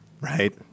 right